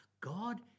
God